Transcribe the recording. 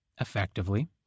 effectively